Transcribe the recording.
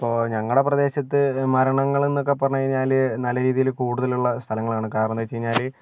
ഇപ്പോൾ ഞങ്ങളുടെ പ്രദേശത്ത് മരണങ്ങൾ എന്നൊക്കെ പറഞ്ഞു കഴിഞ്ഞാൽ നല്ല രീതിയിൽ കൂടുതലുള്ള സ്ഥലങ്ങളാണ് കാരണമന്താ വെച്ചു കഴിഞ്ഞാൽ